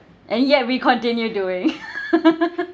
and yet we continue doing